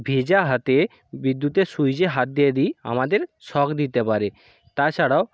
ভেজা হাতে বিদ্যুতের সুইচে হাত দিয়ে দি আমাদের শক দিতে পারে তাছাড়াও